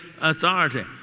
authority